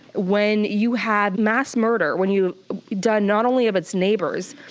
when you have mass murder, when you done not only of its neighbors,